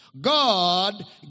God